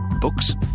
Books